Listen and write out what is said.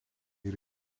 yra